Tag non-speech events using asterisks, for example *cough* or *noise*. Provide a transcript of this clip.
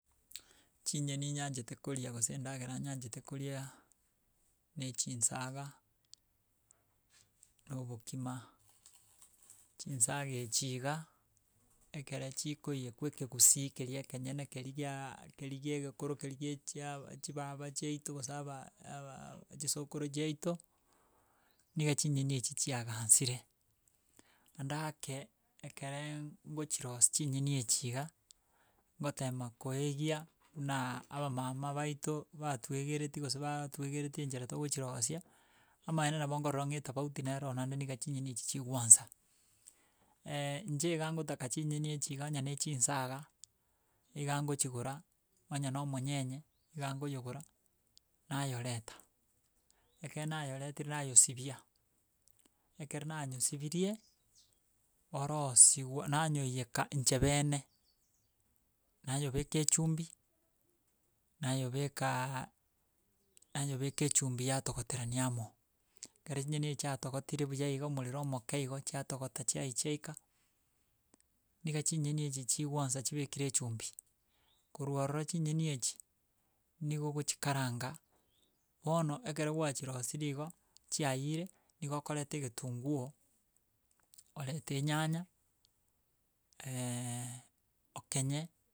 Inche, ekero nabokire mambia ekero nyebangete kogenda gokora emeremo, onye gochia gokora emeremo muna inche bono ngokora emeremo emerito eh kore ngochi korema bono, ngochi koira egeka igo nkorosia obokima, naende ekonyara narosia naa na chinyeni chii mono muna inche nyanchete chinsaga na omwongo. Ingo ngo ngorosia, naende ekero chiakendire, nario chikogenda amo na endagera eye ere morero. Bono ogokogenda gokora emeremo igo okonyora, omobere obwate chinguru, kegoika chinsa chinde bono gwakorire emeremo kwarosire, na omobere korosire, tori koyobogoria naende rende ere endagera enene bono bono nabo okoria endagera engusu, gochia mogaso egere, ege endagera eye ekero otagete gokora egasi ase chinsa chintambe, omobere igo ogotaka *hesitation* o- onyore kore na chinguru. Tobasa koimoka oike chinsa iga onyore ng'a omobere oereirwu chinguru, egere, egasi yago etenene. Muna bono ekere tokominyokania na eching'aki, chieeeee totebe bono na risimeka, bono oooe chi ching'aki chire chie chimbura chie chia inga chingaki chinke, na chi na na embura nere ye chingaki chintambe. Bono ekero otagete kominyokania na echingaki echio na abande mbakonyoria, bi yaani tonyorwu, ochi gotigara magega, igo okonyora okoria endagera enkong'u.